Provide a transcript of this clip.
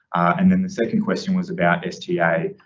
and then the second question was about sta. ah,